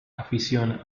afición